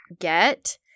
get